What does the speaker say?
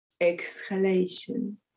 exhalation